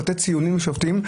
לתת ציונים לשופטים,